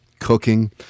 cooking